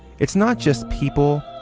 it's not just people,